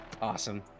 Awesome